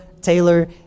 Taylor